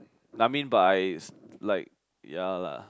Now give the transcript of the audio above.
I mean but I like ya lah